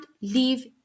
leave